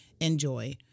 enjoy